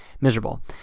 miserable